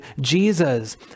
Jesus